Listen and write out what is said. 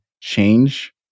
change